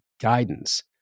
guidance